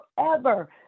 forever